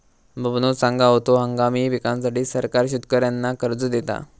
बबनो सांगा होतो, हंगामी पिकांसाठी सरकार शेतकऱ्यांना कर्ज देता